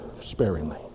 sparingly